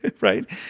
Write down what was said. right